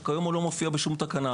שהיום לא מופיע בשום תקנה,